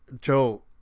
Joe